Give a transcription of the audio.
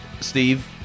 Steve